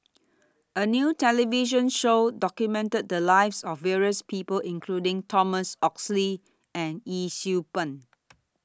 A New television Show documented The Lives of various People including Thomas Oxley and Yee Siew Pun